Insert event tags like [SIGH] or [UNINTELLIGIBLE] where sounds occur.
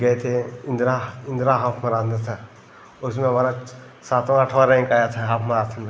गए थे इंद्रा इंद्रा हाफ [UNINTELLIGIBLE] और इसमें हमारा सातवाँ आठवाँ रैंक आया था हाफ मैराथन में